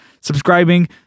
subscribing